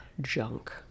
Junk